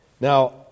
Now